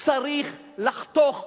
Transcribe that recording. צריך לחתוך,